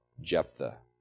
Jephthah